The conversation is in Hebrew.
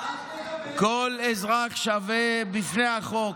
"כל אזרח שווה בפני החוק,